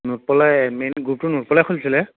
main গ্ৰুপটো খুলিছিলে